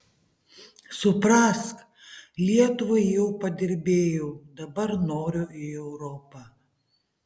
suprask lietuvai jau padirbėjau dabar noriu į europą